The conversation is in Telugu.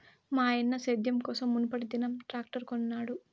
మాయన్న సేద్యం కోసం మునుపటిదినం ట్రాక్టర్ కొనినాడు